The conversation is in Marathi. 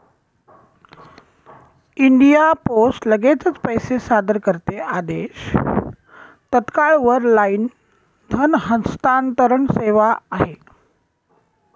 इंडिया पोस्ट लगेचच पैसे सादर करते आदेश, तात्काळ वर लाईन धन हस्तांतरण सेवा आहे